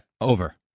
Over